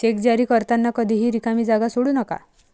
check जारी करताना कधीही रिकामी जागा सोडू नका